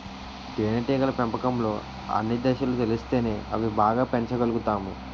తేనేటీగల పెంపకంలో అన్ని దశలు తెలిస్తేనే అవి బాగా పెంచగలుతాము